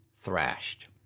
thrashed